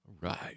Right